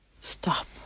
Stop